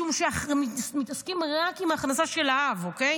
משום שמתעסקים רק בהכנסה של האב, אוקיי?